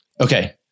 Okay